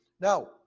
Now